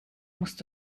musst